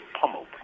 pummeled